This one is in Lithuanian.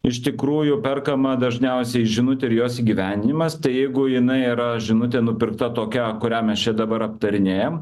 iš tikrųjų perkama dažniausiai žinutė ir jos įgyvenimas tai jeigu jinai yra žinutė nupirkta tokia kurią mes čia dabar aptarinėjam